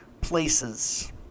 places